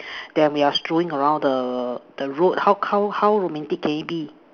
then we're strolling around the the road how how how romantic can it be